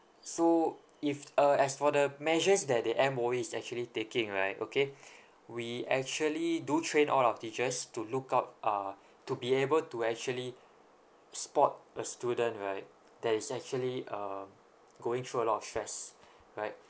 so if uh as for the measures that the M_O_E is actually taking right okay we actually do train all our teachers to look out uh to be able to actually spot a student right that is actually um going through a lot of stress right